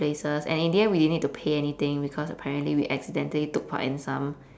places and in the end we need didn't to pay anything because apparently we accidentally took part in some